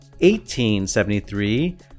1873